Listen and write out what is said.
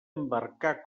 embarcar